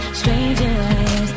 strangers